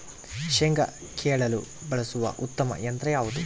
ಶೇಂಗಾ ಕೇಳಲು ಬಳಸುವ ಉತ್ತಮ ಯಂತ್ರ ಯಾವುದು?